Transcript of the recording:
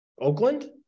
Oakland